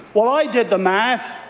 well i did the math,